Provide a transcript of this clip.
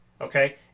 okay